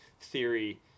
theory